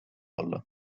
olla